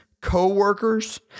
co-workers